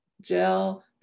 gel